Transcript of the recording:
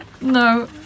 No